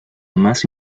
más